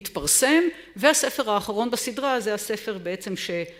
התפרסם והספר האחרון בסדרה זה הספר בעצם ש...